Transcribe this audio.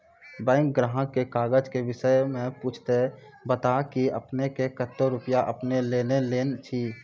Bank ग्राहक ने काज के विषय मे पुछे ते बता की आपने ने कतो रुपिया आपने ने लेने छिए?